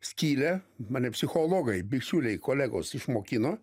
skylę mane psichologai bičiuliai kolegos išmokino